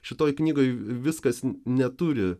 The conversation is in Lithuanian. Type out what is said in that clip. šitoje knygoje viskas neturi